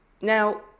now